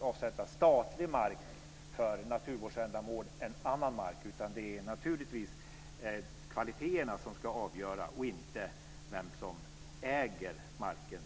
avsätta statlig mark än annan mark för naturvårdsändamål, som Åke Sandström lite grann antydde. Det är naturligtvis kvaliteterna som ska avgöra, och inte vem som äger marken.